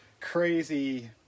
crazy